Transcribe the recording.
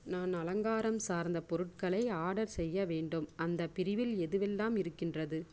நான் அலங்காரம் சார்ந்த பொருட்களை ஆர்டர் செய்ய வேண்டும் அந்தப் பிரிவில் எதுவெல்லாம் இருக்கின்றது